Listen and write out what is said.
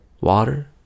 water